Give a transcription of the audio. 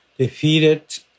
Defeated